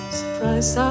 surprise